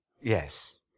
yes